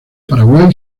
paraguay